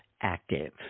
active